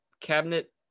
cabinet